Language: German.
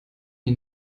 die